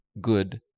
good